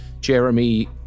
Jeremy